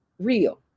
real